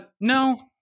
No